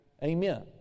Amen